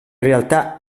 realtà